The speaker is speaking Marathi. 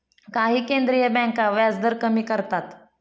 काही केंद्रीय बँका व्याजदर कमी करतात